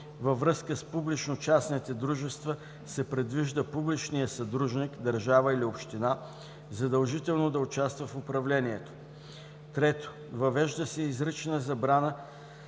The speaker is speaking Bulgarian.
във връзка с публично-частните дружества се предвижда публичният съдружник (държава или община) задължително да участва в управлението; 3. въвежда се и изрична забрана